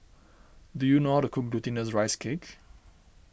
do you know how to cook Glutinous Rice Cake